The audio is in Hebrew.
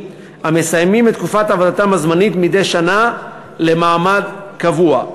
המסיימים את תקופת עבודתם הזמנית מדי שנה למעמד קבוע.